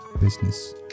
business